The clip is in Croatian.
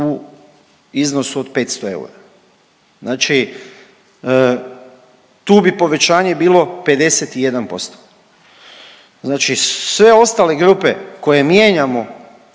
u iznosu od 500 eura. Znači, tu bi povećanje bilo 51%. Znači sve ostale grupe koje mijenjamo